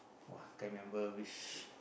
!wah! can't remember which